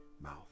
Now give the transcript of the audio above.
mouth